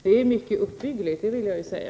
Det är mycket uppbyggligt, det vill jag säga.